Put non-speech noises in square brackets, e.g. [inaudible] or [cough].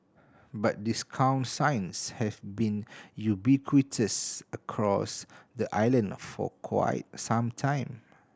but discount signs have been ubiquitous across the island for [unintelligible] some time